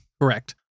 Correct